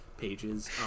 pages